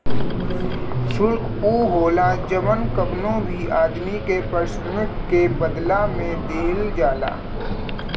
शुल्क उ होला जवन कवनो भी आदमी के पारिश्रमिक के बदला में दिहल जाला